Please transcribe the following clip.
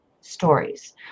stories